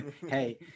hey